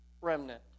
remnant